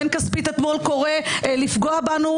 בן כספית אתמול קורא לפגוע בנו,